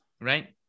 Right